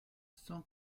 son